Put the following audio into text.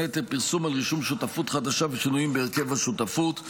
היתר פרסום על רישום שותפות חדשה ושינויים בהרכב השותפות.